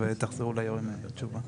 ותחזרו ליו"ר עם התשובה.